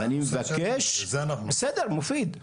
בשביל זה אנחנו --- בסדר מופיד,